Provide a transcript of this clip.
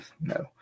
No